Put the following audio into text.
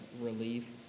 relief